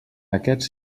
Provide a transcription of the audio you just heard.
aquests